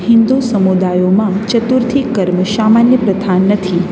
હિંદુ સમુદાયોમાં ચતુર્થીકર્મ સામાન્ય પ્રથા નથી